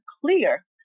clear